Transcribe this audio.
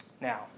Now